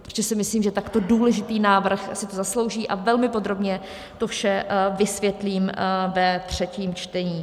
Ještě si myslím, že takto důležitý návrh si to zaslouží, a velmi podrobně to vše vysvětlím ve třetím čtení.